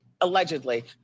Allegedly